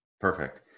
Perfect